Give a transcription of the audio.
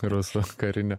rusų karinio